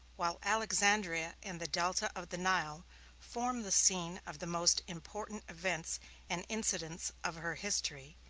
while alexandria and the delta of the nile formed the scene of the most important events and incidents of her history,